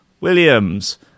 Williams